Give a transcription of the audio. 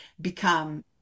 become